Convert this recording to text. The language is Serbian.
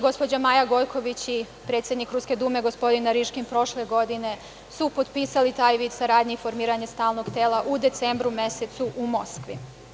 Gospođa Maja Gojković i predsednik Ruske Dume, gospodin Nariškin prošle godine su potpisali taj vid saradnje i formiranje stalnog tela u decembru mesecu u Moskvi.